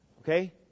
Okay